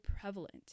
prevalent